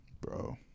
Bro